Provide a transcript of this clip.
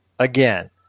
again